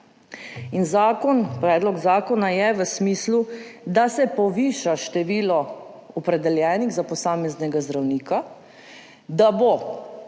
In zakon, predlog zakona, je v smislu, da se poviša število opredeljenih za posameznega zdravnika, da bo